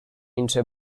into